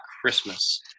Christmas